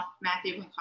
matthew